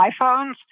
iPhones